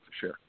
sure